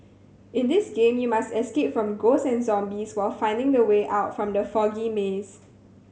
in this game you must escape from ghosts and zombies while finding the way out from the foggy maze